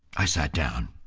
i sat down.